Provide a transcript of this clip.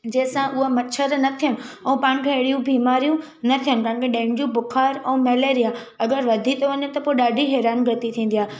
जंहिंसां उहा मच्छर न थियनि ऐं पाण खे अहिड़ियूं बीमारियूं न थियनि तव्हांखे डेंगू बुखार ऐं मलेरिया अगरि वधी थो वञे त पोइ ॾाढी हैरानु गती थींदी आहे